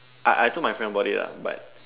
I I told my friend about it ah but